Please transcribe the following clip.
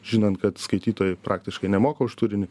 žinant kad skaitytojai praktiškai nemoka už turinį